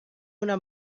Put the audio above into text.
una